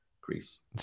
Greece